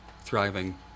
thriving